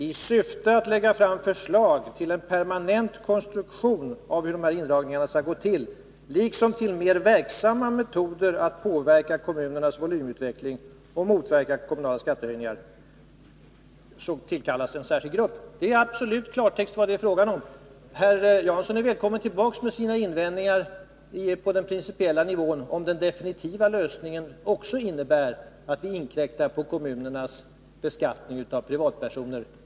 I syfte att lägga fram förslag till en permanent konstruktion av hur indragningarna skall gå till, liksom till mer verksamma metoder att påverka kommunernas volymutveckling och motverka kommunala skattehöjningar, tillkallas en särskild grupp. Det är i absolut klartext vad det är fråga om. Herr Jansson är välkommen tillbaka med sina invändningar på den principiella nivån, om den definitiva lösningen också innebär att vi inkräktar på kommunernas beskattning av privatpersoner.